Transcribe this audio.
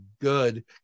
good